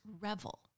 revel